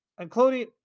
including